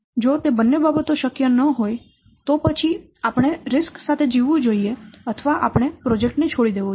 જો તે બંને બાબતો શક્ય ન હોય તો પછી આપણે જોખમો સાથે જીવવું જોઈએ અથવા આપણે પ્રોજેક્ટ ને છોડી દેવો જોઈએ